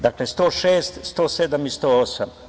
Dakle, 106, 107. i 108.